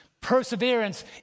Perseverance